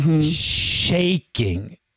Shaking